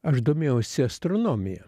aš domėjausi astronomija